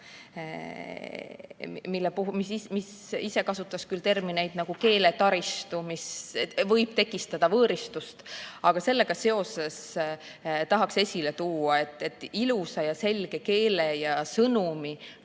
endas kasutati küll sellist terminit nagu keeletaristu, mis võib tekitada võõristust. Aga sellega seoses tahaksin esile tuua, et ilusa ja selge keele ja sõnumi